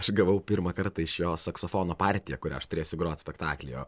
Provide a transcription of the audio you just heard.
aš gavau pirmą kartą iš jo saksofono partiją kurią aš turėsiu grot spektakly o